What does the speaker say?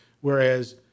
Whereas